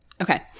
Okay